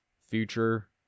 Future